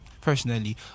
Personally